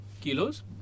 kilos